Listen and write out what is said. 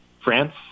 France